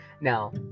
Now